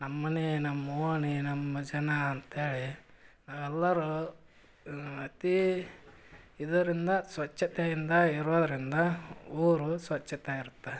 ನಮ್ಮ ಮನೆ ನಮ್ಮ ಓಣಿ ನಮ್ಮ ಜನ ಅಂತ್ಹೇಳಿ ನಾವೆಲ್ಲರೂ ಅತಿ ಇದರಿಂದ ಸ್ವಚ್ಛತೆಯಿಂದ ಇರೋದರಿಂದ ಊರು ಸ್ವಚ್ಛತೆ ಇರ್ತೆ